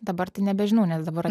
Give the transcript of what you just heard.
dabar tai nebežinau nes dabar